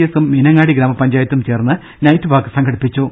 എസും മീനങ്ങാടി ഗ്രാമപഞ്ചായത്തും ചേർന്ന് നൈറ്റ് വാക്ക് സംഘടിപ്പിച്ചു